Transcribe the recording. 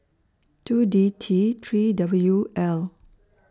two D T three W L